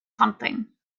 something